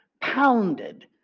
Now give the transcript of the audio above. pounded